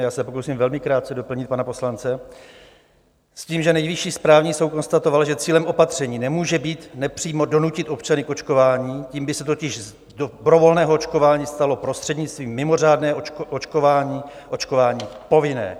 Já se pokusím velmi krátce doplnit pana poslance s tím, že Nejvyšší správní soud konstatoval, že cílem opatření nemůže být nepřímo donutit občany k očkování, tím by se totiž z dobrovolného očkování stalo prostřednictvím mimořádného očkování očkování povinné.